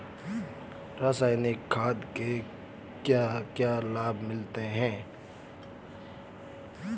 रसायनिक खाद के क्या क्या लाभ मिलते हैं?